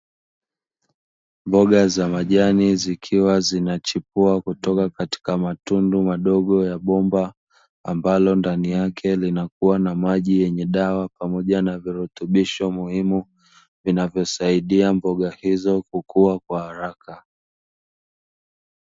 Mboga za majani zikiwa zinachipua kutoka katika matundu madogo ya bomba ambalo ndani yake linakuwa na maji yenye dawa pamoja na virutubisho muhimu vinavyosaidia mboga hizo kukua kwa haraka.